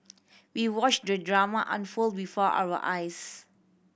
we watched the drama unfold before our eyes